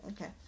Okay